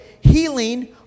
healing